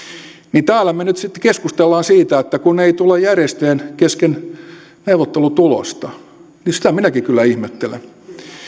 niin täällä me nyt sitten keskustelemme siitä että kun ei tule järjestöjen kesken neuvottelutulosta sitä minäkin kyllä ihmettelen